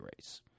race